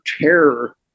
terror